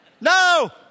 No